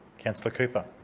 councillor cooper